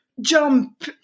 jump